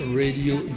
radio